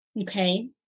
okay